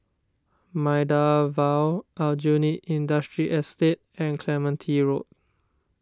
Maida Vale Aljunied Industrial Estate and Clementi Road